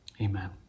Amen